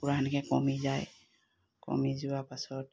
কুকুৰা সেনেকে কমি যায় কমি যোৱাৰ পাছত